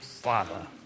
father